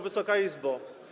Wysoka Izbo!